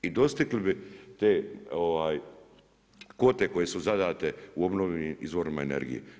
I dostigli bi te kvote koje su zadate u obnovljenima izvorima energije.